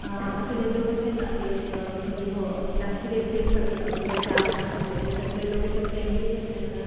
हांगासले लोक अशें ना कितें तुका बाबा खंय भो धाक कितें प्लेस दाखोवपाक तुका चार्ज करतले अशें सगळे लोक अशें फ्रेंडली कशें आसा